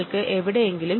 നിങ്ങൾക്ക് t4 കിട്ടും